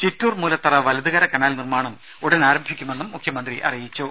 ചിറ്റൂർ മൂലത്തറ വലതുകര കനാൽ നിർമ്മാണം ഉടൻ ആരംഭിക്കുമെന്നും മുഖ്യമന്ത്രി അറിയിച്ചു